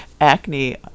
Acne